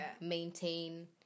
maintain